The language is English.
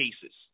cases